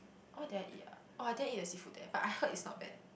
what did I eat ah orh I didn't eat the seafood there but I heard is not bad